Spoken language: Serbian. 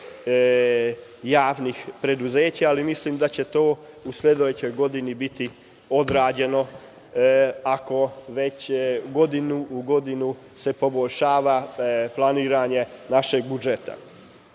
javnih preduzeća, ali mislim da će to u sledećoj godini biti odrađeno, ako već iz godine u godinu se poboljšava planiranje našeg budžeta.